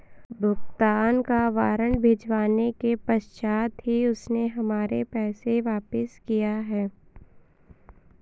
भुगतान का वारंट भिजवाने के पश्चात ही उसने हमारे पैसे वापिस किया हैं